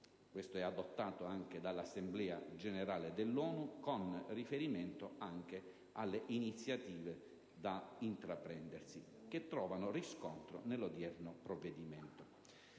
adottata dall'Assemblea generale dell'ONU, con riferimento anche alle iniziative da intraprendere, che trovano riscontro nell'odierno provvedimento.